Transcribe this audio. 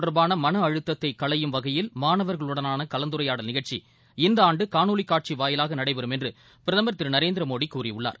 தொடர்பான மன தேர்வு அழுத்தத்தை களையும் வகையில் மாணவர்களுடனான கலந்துரையாடல் நிகழ்ச்சி இந்த ஆண்டு காணொலி காட்சி வாயிலாக நடைபெறம் என்று பிரதமர் திரு நரேந்திரமோடி கூறியுள்ளார்